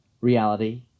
reality